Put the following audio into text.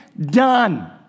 done